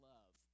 Love